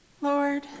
lord